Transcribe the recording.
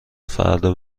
فردا